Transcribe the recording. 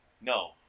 No